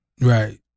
Right